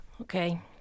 okay